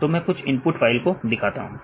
तो मैं कुछ इनपुट फाइल को दिखाता हूं